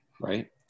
Right